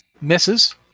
Misses